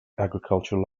agriculture